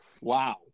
wow